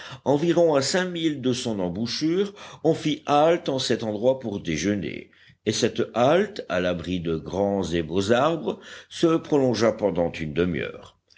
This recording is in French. environ à cinq milles de son embouchure on fit halte en cet endroit pour déjeuner et cette halte à l'abri de grands et beaux arbres se prolongea pendant une demi-heure